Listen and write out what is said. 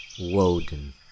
Woden